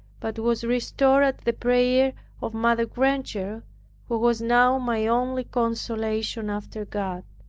but was restored at the prayer of mother granger who was now my only consolation after god.